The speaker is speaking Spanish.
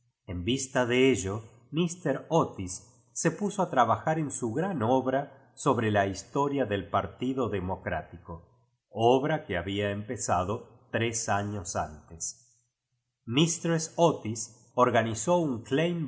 en vista de ello mfeter o tía se puso a trabrijíir en su gran obra sobre la historia del partido democrático obra que bahía empe zad íj tres años antes mistress otís organizó un